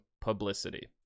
publicity